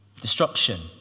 Destruction